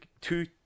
Two